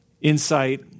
insight